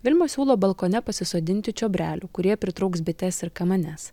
vilima siūlo balkone pasisodinti čiobrelių kurie pritrauks bites ir kamanes